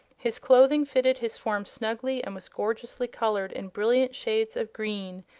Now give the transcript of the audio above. his clothing fitted his form snugly and was gorgeously colored in brilliant shades of green,